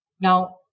Now